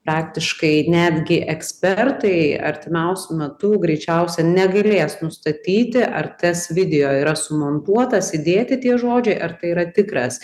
praktiškai netgi ekspertai artimiausiu metu greičiausia negalės nustatyti ar tas video yra sumontuotas įdėti tie žodžiai ar tai yra tikras